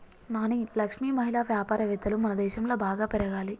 నాని లక్ష్మి మహిళా వ్యాపారవేత్తలు మనదేశంలో బాగా పెరగాలి